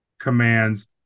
commands